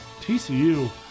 TCU